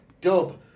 dub